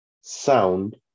sound